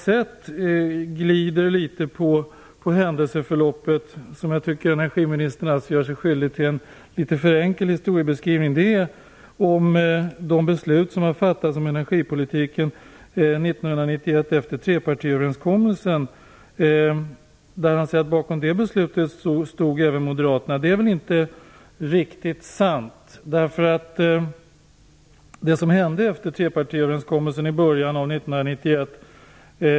Fru talman! Jag tycker alltså att energiministern gör sig skyldig till en litet för enkel historiebeskrivning. Han glider på ett likartat sätt när det gäller händelseförloppet vad beträffar de beslut som fattades om energipolitiken efter trepartiöverenskommelsen 1991. Han säger att även Moderaterna stod bakom det beslutet. Det är väl inte riktigt sant? Det som hände var att det grundades ett energipolitiskt beslut på trepartiöverenskommelsen från början av 1991.